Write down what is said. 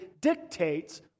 dictates